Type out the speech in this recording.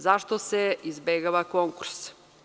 Zašto se izbegava konkurs?